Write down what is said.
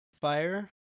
fire